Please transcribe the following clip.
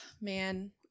man